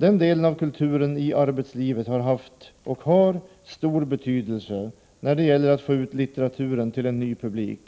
Den delen av kulturen i arbetslivet har haft, och har, stor betydelse när det gäller att få ut litteraturen till en ny publik.